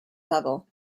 level